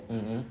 mm mm